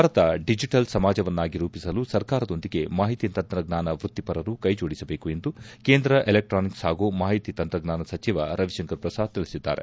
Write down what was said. Bharat digital ಸಮಾಜವನ್ನಾಗಿ ರೂಪಿಸಲು ಸರ್ಕಾರದೊಂದಿಗೆ ಮಾಹಿತಿ ತಂತ್ರಜ್ಞಾನ ವೃತ್ತಿಪರರು ಕೈ ಜೋಡಿಸಬೇಕು ಎಂದು ಕೇಂದ್ರ ಎಲೆಕ್ಟಾನಿಕ್ಲೆ ಹಾಗೂ ಮಾಹಿತಿ ತಂತ್ರಜ್ಞಾನ ಸಚಿವ ರವಿಶಂಕರ್ ಪ್ರಸಾದ್ ತಿಳಿಸಿದ್ದಾರೆ